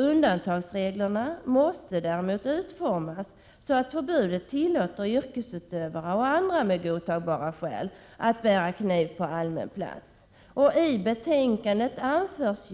Undantagsreglerna måste utformas så att förbudet tillåter yrkesutövare och andra med godtagbara skäl att bära kniv på allmän plats. I betänkandet föreslås